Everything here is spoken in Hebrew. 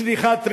צניחת רחם,